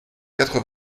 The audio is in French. quatre